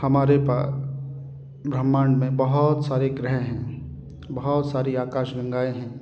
हमारे पा ब्रह्मांड में बहुत सारे ग्रह हैं बहुत सारी आकाश गंगाएं हैं